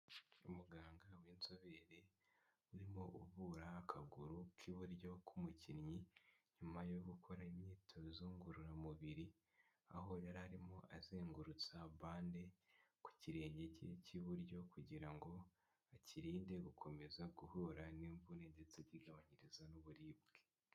Umuganga w'inzobere, urimo uvura akaguru k'iburyo k'umukinnyi, nyuma yo gukora imyitozo ngororamubiri, aho yari arimo azengurutsa bande ku kirenge cye cy'iburyo, kugira ngo akirinde gukomeza guhura n'imvune, ndetse kigabanyiriza n'uburibwe.